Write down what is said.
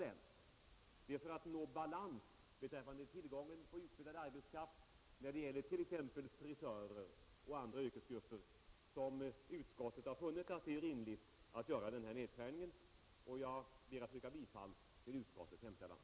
Det är också för att nå balans beträffande tillgången på utbildad arbetskraft när det gäller t.ex. frisörer och vissa andra yrkesgrupper som utskottet har funnit det befogat att göra den här nedskärningen, och jag ber att få yrka bifall till utskottets hemställan.